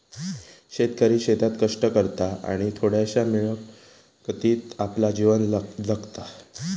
शेतकरी शेतात कष्ट करता आणि थोड्याशा मिळकतीत आपला जीवन जगता